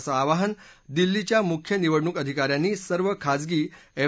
असं आवाहन दिल्लीच्या मुख्य निवडणूक अधिकाऱ्यांनी सर्व खाजगी एफ